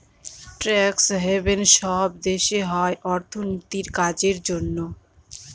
tax haven সব দেশে হয় অর্থনীতির কাজের জন্য